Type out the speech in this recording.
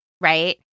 right